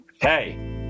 Hey